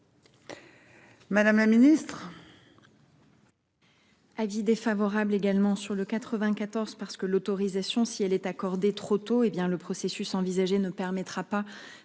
Madame la ministre,